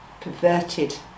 perverted